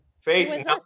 Faith